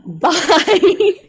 Bye